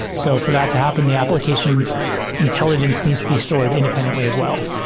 so for that to happen, the applications intelligence needs to be stored independently as wel